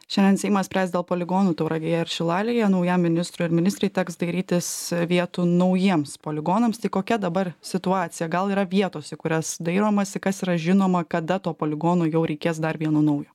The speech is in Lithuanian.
šiandien seimas spręs dėl poligonų tauragėje ir šilalėje naujam ministrui ar ministrei teks dairytis vietų naujiems poligonams tai kokia dabar situacija gal yra vietos į kurias dairomasi kas yra žinoma kada to poligono jau reikės dar vieno naujo